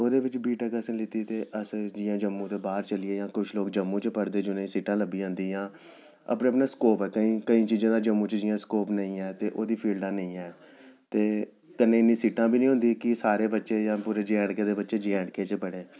ओह्दे बिच B Tech असें लैती ते अस जि'यां जम्मू दे बाह्र चलियै जां कुछ लोग जम्मू च पढ़दे जि'नें ई सीटां लब्भी जंदियां अपना अपना स्कोप ऐ केईं चीज़ें दा जम्मू च जि'यां स्कोप नेईं ऐ ते ओह्दी फील्डां निं ऐ ते कन्नै इ'न्नी सीटां बी निं होंदियां कि सारे बच्चे जां पूरे जे एंड के दे बच्चे जे एंड के च पढ़ै